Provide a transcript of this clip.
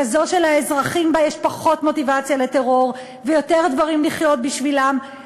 כזו שלאזרחים בה יש פחות מוטיבציה לטרור ויותר דברים לחיות בשבילם,